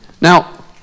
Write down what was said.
now